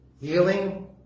healing